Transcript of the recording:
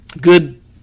good